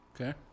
Okay